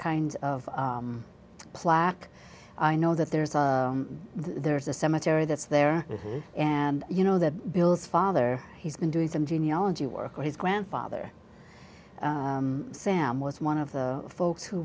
kind of plaque i know that there's a there's a cemetery that's there and you know that builds father he's been doing some genealogy work with his grandfather sam was one of the folks who